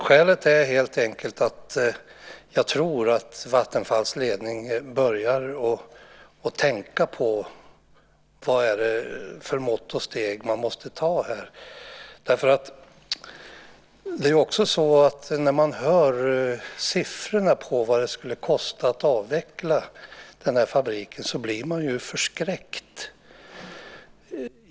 Skälet är helt enkelt att jag tror att Vattenfalls ledning börjar att tänka på vilka mått och steg man måste vidta här. Det är ju också så att när man hör siffror på vad det skulle kosta att avveckla den här fabriken så blir man ju förskräckt.